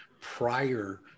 prior